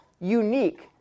unique